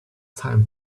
time